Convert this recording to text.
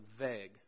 vague